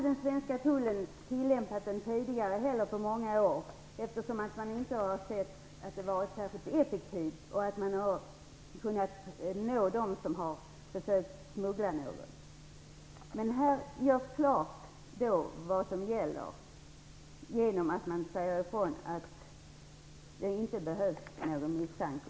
Den svenska tullen har inte på många år tillämpat denna, eftersom man inte har ansett att den varit särskilt effektiv för att komma åt dem som gör smugglingsförsök. Det görs nu klart att det inte behövs någon misstanke.